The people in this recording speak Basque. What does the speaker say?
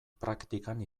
praktikan